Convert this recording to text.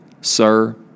Sir